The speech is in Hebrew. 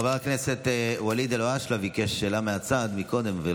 חבר הכנסת ואליד אלהואשלה ביקש שאלה מהצד מקודם.